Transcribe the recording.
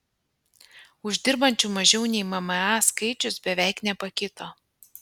uždirbančių mažiau nei mma skaičius beveik nepakito